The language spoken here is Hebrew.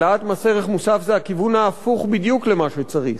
העלאת מס ערך מוסף זה הכיוון ההפוך בדיוק למה שצריך.